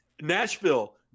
Nashville